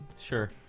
Sure